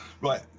Right